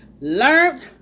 Learned